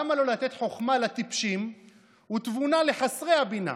למה לא לתת חוכמה לטיפשים ותבונה לחסרי הבינה?